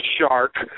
shark